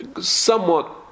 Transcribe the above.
somewhat